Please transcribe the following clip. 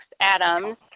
Adams